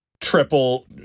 triple